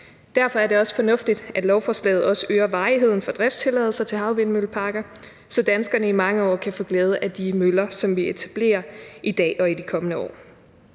derfor er det også fornuftigt, at lovforslaget også øger varigheden for driftstilladelser til havvindmølleparker, så danskerne i mange år kan få glæde af de møller, som vi etablerer i dag og i de kommende år.